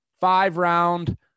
Five-round